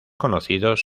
conocidos